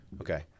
Okay